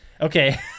Okay